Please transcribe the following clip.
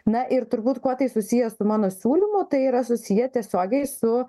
na ir turbūt kuo tai susiję su mano siūlymu tai yra susiję tiesiogiai su